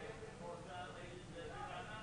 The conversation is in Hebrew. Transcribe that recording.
חופים הם לפעמים געגועים